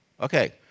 Okay